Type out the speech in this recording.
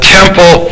temple